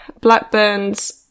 Blackburn's